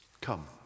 come